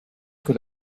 que